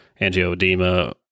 angioedema